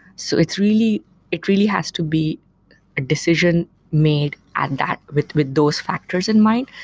so it really it really has to be a decision made at that with with those factors in mind,